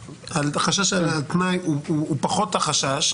החשש של העל תנאי הוא פחות החשש,